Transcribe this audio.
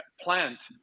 plant